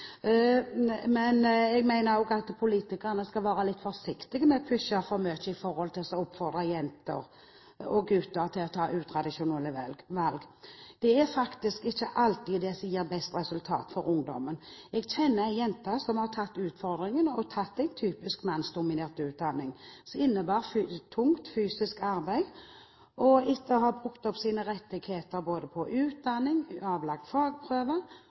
Men utgangspunktet var svært lavt, så da er ikke 80 pst. så veldig mye når vi gjør det om til tall likevel. Jeg mener at politikerne skal være forsiktige med å pushe for mye ved å oppfordre jenter og gutter til å ta utradisjonelle valg. Det er faktisk ikke alltid det gir best resultat for ungdommen. Jeg kjenner en jente som har tatt utfordringen og tatt en typisk mannsdominert utdanning som innebar tungt fysisk arbeid. Etter å ha brukt opp sine